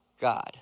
God